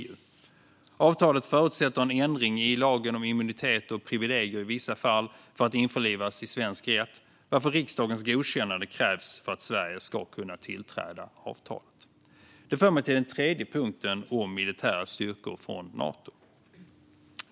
För att avtalet ska kunna införlivas i svensk rätt krävs en ändring i lagen om immunitet och privilegier i vissa fall, varför riksdagens godkännande krävs för att Sverige ska kunna tillträda avtalet. Detta för mig till den tredje punkten om militära styrkor från Nato.